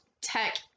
tech